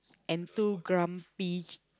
and two grumpy